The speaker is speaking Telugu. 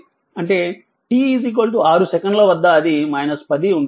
అంటే t 6 సెకన్ల వద్ద అది 10 ఉంటుంది